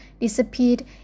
disappeared